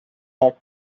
aeg